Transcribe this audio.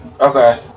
Okay